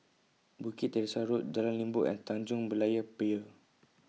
Bukit Teresa Road Jalan Limbok and Tanjong Berlayer Pier